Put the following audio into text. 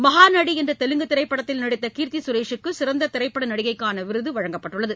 மகாநடி என்ற தெலுங்கு திரைப்படத்தில் நடித்த கீர்த்தி கரேஷூக்கு சிறந்த திரைப்பட நடிகைக்கான விருது கிடைத்துள்ளது